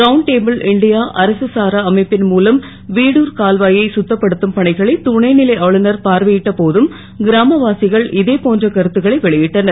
round table India அரசு சாரா அமைப்பின் மூலம் வீடூர் கால்வாயை சுத்தப்படுத்தும் பணிகளை துணை லை ஆளுநர் பார்வை ட்ட போதும் கிராமவசிகள் இதே போன்ற கருத்துக்களை வெளி ட்டனர்